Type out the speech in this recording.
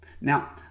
Now